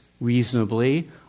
reasonably